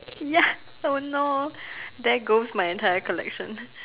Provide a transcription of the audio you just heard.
ya don't know there goes my entire collection